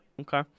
okay